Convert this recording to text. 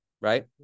right